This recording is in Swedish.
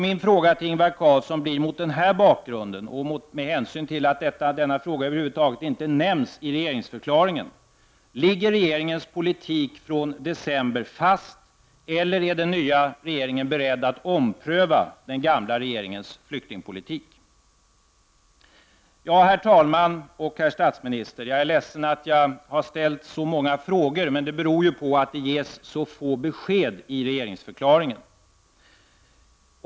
Min fråga till Ingvar Carlsson, mot denna bakgrund och med hänsyn till att denna fråga över huvud taget inte nämns i regeringsförklaringen, är: Ligger regeringens politik från december fast eller är den nya regeringen beredd att ompröva den gamla regeringens flyktingpolitik? Herr talman och herr statsminister! Jag är ledsen att jag har ställt så många frågor, men det beror ju på att det ges så få besked i regeringsförklaringen.